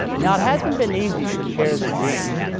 now it hasn't been easy to share the dreams.